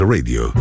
Radio